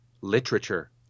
literature